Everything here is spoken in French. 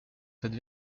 cette